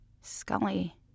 Scully